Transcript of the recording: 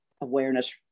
awareness